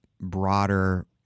broader